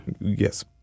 Yes